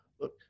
look